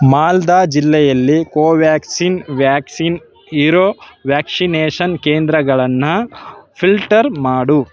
ಮಾಲ್ದಾ ಜಿಲ್ಲೆಯಲ್ಲಿ ಕೋವ್ಯಾಕ್ಸಿನ್ ವ್ಯಾಕ್ಸಿನ್ ಇರೋ ವ್ಯಾಕ್ಸಿನೇಷನ್ ಕೇಂದ್ರಗಳನ್ನು ಫಿಲ್ಟರ್ ಮಾಡು